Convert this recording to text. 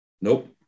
Nope